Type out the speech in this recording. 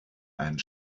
einen